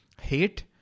Hate